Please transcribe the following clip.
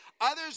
Others